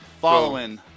Following